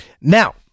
Now